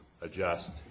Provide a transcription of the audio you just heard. adjust